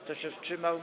Kto się wstrzymał?